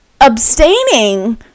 abstaining